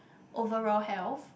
overall health